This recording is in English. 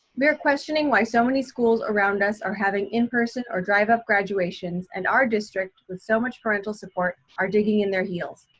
we are questioning why so many schools around us are having in person or drive up graduations and our district with so much parental support are digging in their heels.